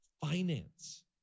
finance